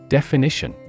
Definition